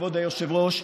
כבוד היושבת-ראש,